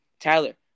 Tyler